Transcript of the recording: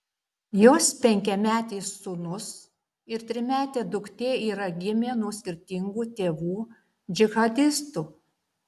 jos penkiametis sūnus ir trimetė duktė yra gimę nuo skirtingų tėvų džihadistų